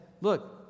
look